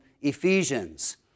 Ephesians